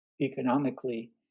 economically